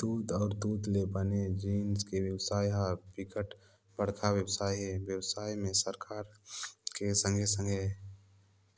दूद अउ दूद ले बने जिनिस के बेवसाय ह बिकट बड़का बेवसाय हे, बेवसाय में सरकार के संघे संघे